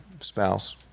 spouse